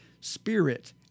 spirit